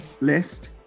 list